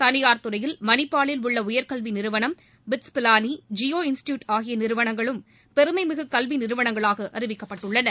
தளியார் துறையில் மணிப்பாலில் உள்ள உயர்கல்வி நிறுவனம் பி ஐ டி எஸ் பிவானி ஜியோ இன்ஸ்டிடியூட் ஆகிய நிறுவனங்களும் பெருமைமிகு கல்வி நிறுவனங்களாக அறிவிக்கப்பட்டுள்ளன